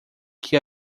que